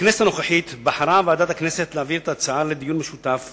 בכנסת הנוכחית בחרה ועדת הכנסת להעביר את ההצעה לדיון משותף